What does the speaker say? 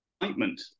excitement